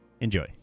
Enjoy